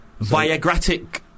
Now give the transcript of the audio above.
Viagratic